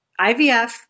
IVF